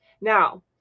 Now